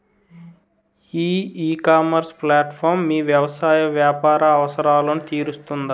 ఈ ecommerce platform మీ వ్యవసాయ వ్యాపార అవసరాలను తీరుస్తుందా?